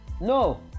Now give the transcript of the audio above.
No